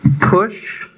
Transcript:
push